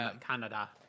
Canada